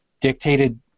dictated